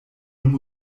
dumm